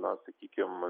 na sakykim